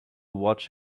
watch